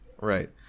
Right